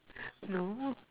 no